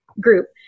group